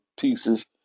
pieces